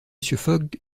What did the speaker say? fogg